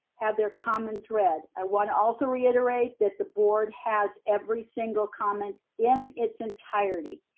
have their comments read. i wanna also reiterate that the board has every single comment in its entirety.